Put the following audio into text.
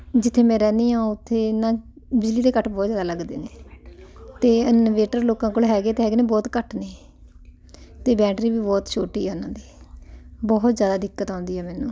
ਜਿੱਥੇ ਮੈਂ ਰਹਿੰਦੀ ਹਾਂ ਉੱਥੇ ਨਾ ਬਿਜਲੀ ਦੇ ਕੱਟ ਬਹੁਤ ਜ਼ਿਆਦਾ ਲੱਗਦੇ ਨੇ ਅਤੇ ਇਨਵੇਟਰ ਲੋਕਾਂ ਕੋਲ ਹੈਗੇ ਤਾਂ ਹੈਗੇ ਨੇ ਬਹੁਤ ਘੱਟ ਨੇ ਅਤੇ ਬੈਟਰੀ ਵੀ ਬਹੁਤ ਛੋਟੀ ਆ ਉਹਨਾਂ ਦੀ ਬਹੁਤ ਜ਼ਿਆਦਾ ਦਿੱਕਤ ਆਉਂਦੀ ਹੈ ਮੈਨੂੰ